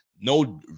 no